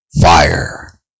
fire